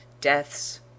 deaths